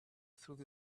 through